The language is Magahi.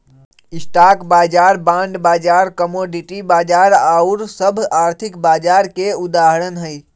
स्टॉक बाजार, बॉण्ड बाजार, कमोडिटी बाजार आउर सभ आर्थिक बाजार के उदाहरण हइ